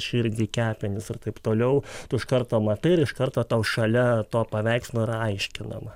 širdį kepenis ir taip toliau tu iš karto matai ir iš karto tau šalia to paveikslo yra išaiškinama